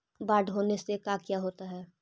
बाढ़ होने से का क्या होता है?